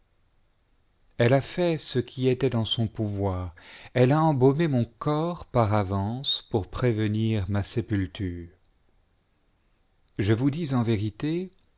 elle a fait ce qui était en son pouvoir elle a embaumé mon corps par avance pour prévenir ma sépulture je vous dis en vérité